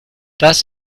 das